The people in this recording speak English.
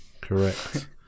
Correct